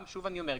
שוב אני אומר,